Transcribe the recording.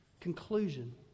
conclusion